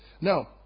Now